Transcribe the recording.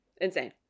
Insane